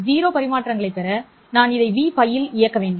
0 பரிமாற்றங்களைப் பெற நான் இதை Vπ இல் இயக்க வேண்டும்